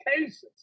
cases